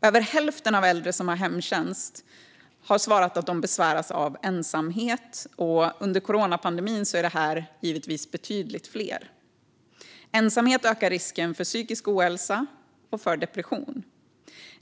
Över hälften av de äldre som har hemtjänst säger att de besväras av ensamhet, och under coronapandemin är det givetvis betydligt fler. Ensamhet ökar risken för psykisk ohälsa och depression.